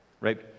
Right